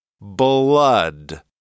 Blood